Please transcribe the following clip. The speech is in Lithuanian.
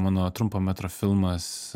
mano trumpo metro filmas